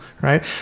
right